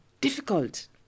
difficult